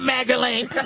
Magdalene